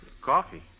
Coffee